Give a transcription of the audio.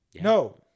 No